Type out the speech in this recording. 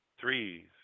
threes